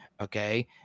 okay